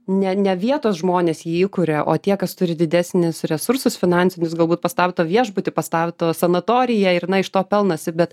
ne ne vietos žmonės jį įkuria o tie kas turi didesnis resursus finansinius galbūt pastato viešbutį pastato sanatoriją ir na iš to pelnosi bet